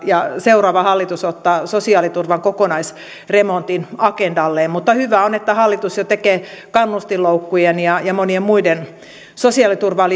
ja seuraava hallitus ottaa sosiaaliturvan kokonaisremontin agendalleen mutta hyvä on että hallitus jo tekee kannustinloukkujen ja ja monien muiden sosiaaliturvaan